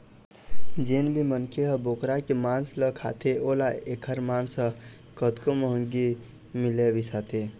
जेन भी मनखे ह बोकरा के मांस ल खाथे ओला एखर मांस ह कतको महंगी मिलय बिसाथे